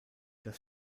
das